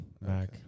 Mac